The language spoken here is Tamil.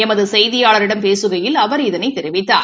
எமது செய்தியாளரிடம் பேசுகையில் அவர் இதனை தெரிவித்தார்